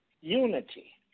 unity